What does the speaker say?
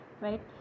right